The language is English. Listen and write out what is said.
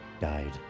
died